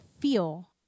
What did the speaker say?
Feel